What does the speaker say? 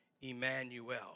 Emmanuel